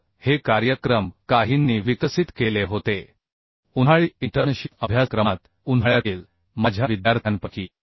तर हे कार्यक्रम काहींनी विकसित केले होते उन्हाळी इंटर्नशिप अभ्यासक्रमात उन्हाळ्यातील माझ्या विद्यार्थ्यांपैकी